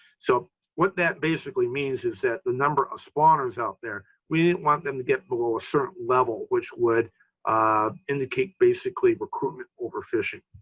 so what that basically means is that the number of spawners out there, we didn't want them to get below a certain level, which would indicate basically recruitment overfishing.